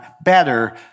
better